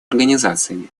организациями